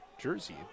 jersey